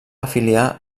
afiliar